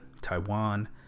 Taiwan